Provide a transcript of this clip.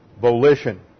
volition